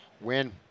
Win